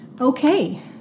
Okay